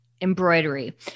embroidery